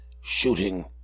shooting